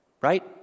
Right